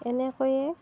এনেকৈয়ে